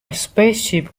spaceship